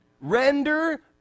Render